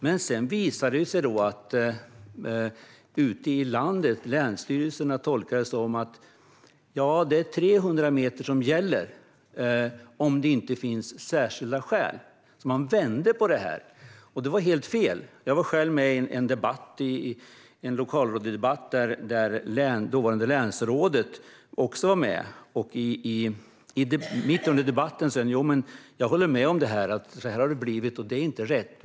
Men sedan visade det sig att länsstyrelserna ute i landet tolkade detta som att det är 300 meter som gäller om det inte finns särskilda skäl. Man vände alltså på det, och det var helt fel. Jag var själv med i en lokalradiodebatt där även det dåvarande länsrådet var med, och mitt under debatten sa han att han höll med om detta. Han sa: Ja, det har blivit så, och det är inte rätt.